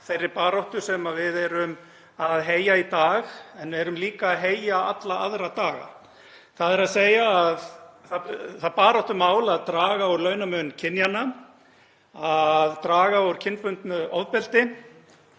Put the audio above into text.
þeirri baráttu sem við erum að heyja í dag en við erum líka að heyja alla aðra daga, þ.e. það baráttumál að draga úr launamun kynjanna, að draga úr kynbundnu ofbeldi